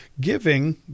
giving